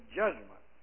judgment